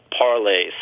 parlays